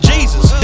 Jesus